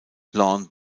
lawn